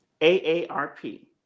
AARP